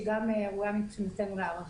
שגם ראויה מבחינתנו להערכה.